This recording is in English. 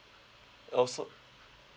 oh so